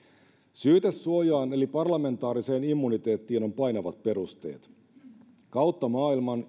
syytesuojaan eli parlamentaariseen immuniteettiin on painavat perusteet kautta maailman